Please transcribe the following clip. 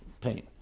pain